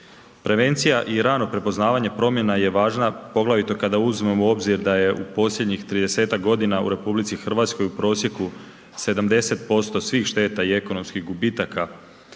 Prevencija i rano prepoznavanje promjena je važna poglavito kada uzmemo u obzir da je u posljednjih 30-tak godina u RH u prosjeku 70% svih šteta i ekonomskih gubitaka